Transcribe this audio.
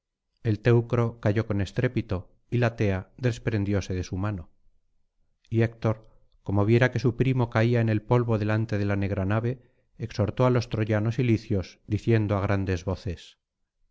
el teucro cayó con estrépito y la tea desprendióse de su mano y héctor como viera que su primo caía en el polvo delante de la negra nave exhortó á troyanos y licios diciendo á grandes voces